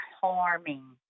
harming